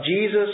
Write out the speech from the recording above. Jesus